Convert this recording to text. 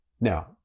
Now